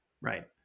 Right